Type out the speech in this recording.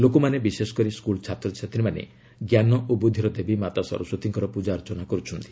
ଲୋକମାନେ ବିଶେଷକରି ସ୍କୁଲ ଛାତ୍ରଛାତ୍ରୀମାନେ ଜ୍ଞାନ ଓ ବୁଦ୍ଧିର ଦେବୀ ମାତା ସରସ୍ପତୀଙ୍କର ପୂଜାର୍ଚ୍ଚନା କରୁଛନ୍ତି